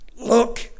look